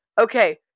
Okay